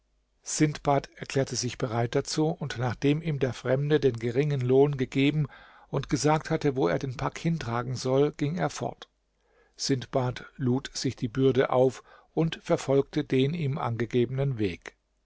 sindbad erklärte sich bereit dazu und nachdem ihm der fremde den geringen lohn gegeben und gesagt hatte wo er den pack hintragen soll ging er fort sindbad lud sich die bürde auf und verfolgte den ihm angegebenen weg